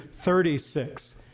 36